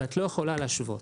ואת לא יכולה להשוות.